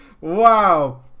WoW